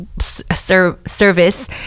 service